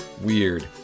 Weird